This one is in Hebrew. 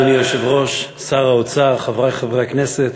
אדוני היושב-ראש, שר האוצר, חברי חברי הכנסת,